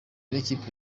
n’ikipe